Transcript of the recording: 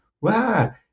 wow